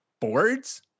boards